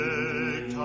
Take